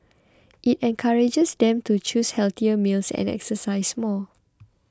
it encourages them to choose healthier meals and exercise more